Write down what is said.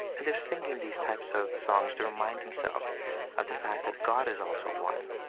and they're singing these types of songs to remind himself of the fact that god is also one,